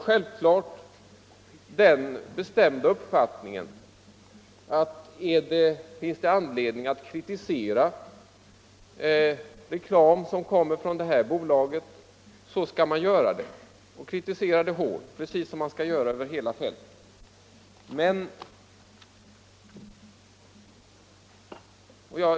Självklart är det min bestämda uppfattning att om det finns anledning att kritisera bolagets reklam, så skall man kritisera den lika hårt som man skall kritisera missförhållanden över hela fältet.